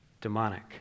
demonic